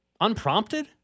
Unprompted